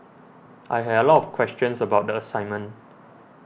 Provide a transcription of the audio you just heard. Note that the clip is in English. I had a lot of questions about the assignment